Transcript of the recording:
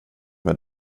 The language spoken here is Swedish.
med